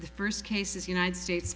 the first case is united states